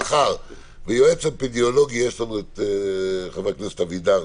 מאחר שיועץ אפידמיולוגי יש לנו את חבר הכנסת אבידר,